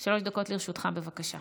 שלוש דקות לרשותך, בבקשה.